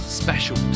special